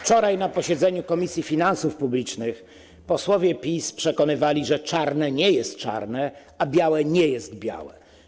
Wczoraj na posiedzeniu Komisji Finansów Publicznych posłowie PiS przekonywali, że czarne nie jest czarne, a białe nie jest białe.